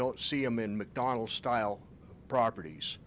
don't see him in mcdonald's style properties